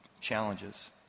challenges